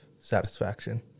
satisfaction